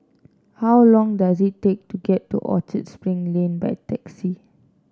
how long does it take to get to Orchard Spring Lane by taxi